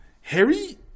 harry